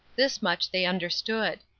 this much they understood.